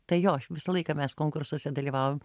tai jo aš visą laiką mes konkursuose dalyvaujam